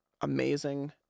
amazing